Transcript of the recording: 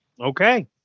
Okay